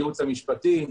הייעוץ המשפטי,